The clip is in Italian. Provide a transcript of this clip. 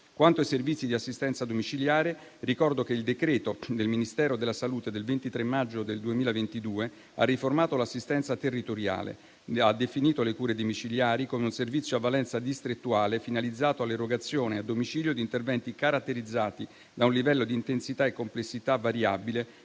Quanto ai servizi di assistenza domiciliare, ricordo che il decreto del Ministero della salute del 23 maggio 2022 ha riformato l'assistenza territoriale e ha definito le cure domiciliari come un servizio a valenza distrettuale, finalizzato all'erogazione a domicilio di interventi caratterizzati da un livello di intensità e complessità variabile,